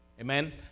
amen